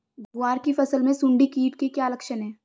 ग्वार की फसल में सुंडी कीट के क्या लक्षण है?